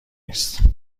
نیست